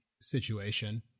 situation